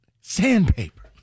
sandpaper